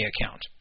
account